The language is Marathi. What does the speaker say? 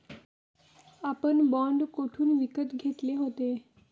आपण बाँड कोठून विकत घेतले होते?